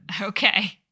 okay